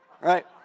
right